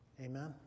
Amen